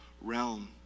realm